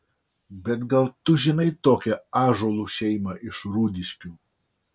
bet gal tu žinai tokią ąžuolų šeimą iš rūdiškių